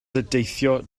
deithio